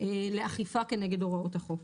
לאכיפה כנגד הוראות החוק.